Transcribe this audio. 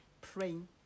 praying